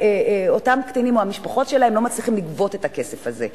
אותם קטינים או המשפחות שלהם לא מצליחים לגבות את הכסף הזה.